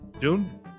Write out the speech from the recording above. June